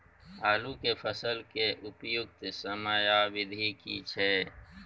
आलू के फसल के उपयुक्त समयावधि की छै?